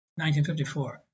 1954